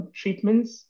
treatments